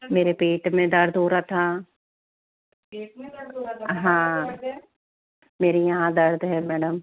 मेरे पेट में दर्द हो रहा था हाँ मेरे यहाँ दर्द है मैडम